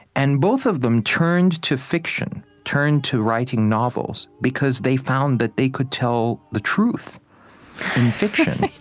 and both of them turned to fiction, turned to writing novels, because they found that they could tell the truth in fiction,